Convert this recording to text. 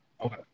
Okay